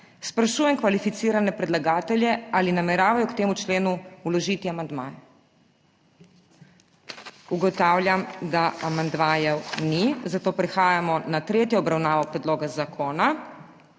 sprašujem kvalificirane predlagatelje, ali nameravajo k temu členu vložiti amandmaje? Ugotavljam, da amandmajev ni. Prehajamo na tretjo obravnavo predloga zakona.